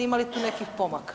Ima li tu nekih pomaka?